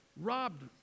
robbed